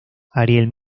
ariel